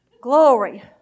Glory